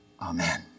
Amen